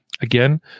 Again